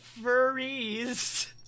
furries